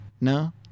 No